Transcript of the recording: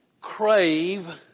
Crave